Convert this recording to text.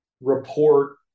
report